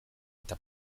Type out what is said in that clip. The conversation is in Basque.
eta